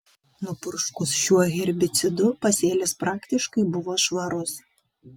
nupurškus šiuo herbicidu pasėlis praktiškai buvo švarus